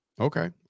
Okay